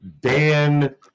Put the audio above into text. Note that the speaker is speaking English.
Dan